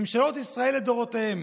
ממשלות ישראל לדורותיהן